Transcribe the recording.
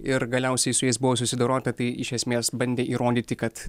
ir galiausiai su jais buvo susidorota tai iš esmės bandė įrodyti kad